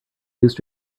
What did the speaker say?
used